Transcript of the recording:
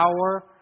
power